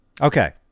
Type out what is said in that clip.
Okay